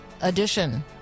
edition